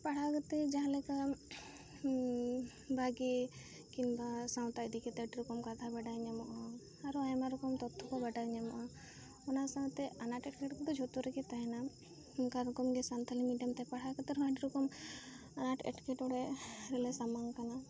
ᱯᱟᱲᱦᱟᱣ ᱠᱟᱛᱮ ᱡᱟᱦᱟᱸ ᱞᱮᱠᱟ ᱵᱷᱟᱜᱮ ᱠᱤᱝᱵᱟ ᱥᱟᱶᱛᱟ ᱤᱫᱤ ᱠᱟᱛᱮ ᱟᱹᱰᱤ ᱨᱚᱠᱚᱢ ᱠᱟᱛᱷᱟ ᱵᱟᱰᱟᱭ ᱧᱟᱢᱚᱜᱼᱟ ᱟᱨᱚ ᱟᱭᱢᱟ ᱨᱚᱠᱚᱢ ᱛᱚᱛᱛᱷᱚ ᱠᱚ ᱵᱟᱲᱟᱭ ᱧᱟᱢᱚᱜᱼᱟ ᱚᱱᱟ ᱥᱟᱶ ᱛᱮ ᱟᱱᱟᱴᱮᱴ ᱮᱴᱠᱮᱴᱚᱬᱮ ᱫᱚ ᱡᱷᱚᱛᱚ ᱨᱮᱜᱮ ᱛᱟᱦᱮᱱᱟ ᱚᱱᱠᱟ ᱠᱟᱛᱮ ᱜᱮ ᱥᱟᱱᱛᱟᱲᱤ ᱢᱤᱰᱤᱭᱟᱢ ᱛᱮ ᱯᱟᱲᱦᱟᱣ ᱠᱟᱛᱮ ᱨᱮᱦᱚᱸ ᱟᱹᱰᱤ ᱨᱚᱠᱚᱢ ᱟᱱᱟᱴ ᱮᱴᱠᱮᱴᱚᱬᱮ ᱨᱮᱞᱮ ᱥᱟᱢᱟᱝ ᱠᱟᱱᱟ